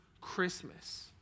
Christmas